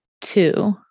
two